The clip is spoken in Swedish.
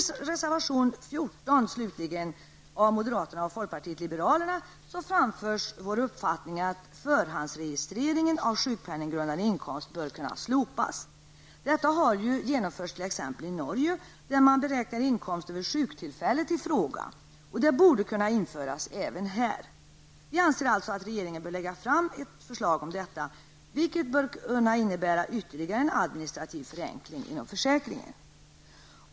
I reservation 14, slutligen, av moderaterna och folkpartiet liberalerna framförs vår uppfattning att förhandsregistreringen av sjukpenninggrundande inkomst bör kunna slopas. Detta har ju genomförts i t.ex. Norge, där man beräknar inkomsten vid sjuktillfället i fråga. Det borde kunna införas även här. Vi anser alltså att regeringen bör lägga fram ett förslag om detta, vilket bör kunna innebära ytterligare en administrativ förenkling inom försäkringen.